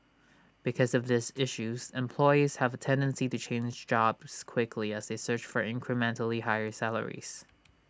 because of these issues employees have A tendency to change jobs quickly as they search for incrementally higher salaries